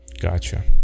gotcha